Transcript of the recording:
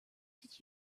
did